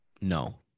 no